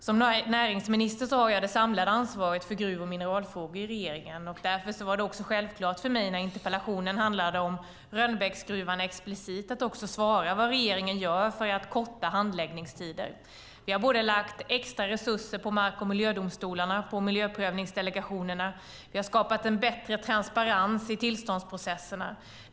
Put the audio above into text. Som näringsminister har jag det samlade ansvaret för gruv och mineralfrågor i regeringen, och när interpellationen explicit handlade om Rönnbäcksgruvan var det självklart för mig att svara vad regeringen gör för att korta handläggningstiderna. Vi har lagt extra resurser på mark och miljödomstolarna och på miljöprövningsdelegationerna. Vi har skapat en bättre transparens i tillståndsprocesserna.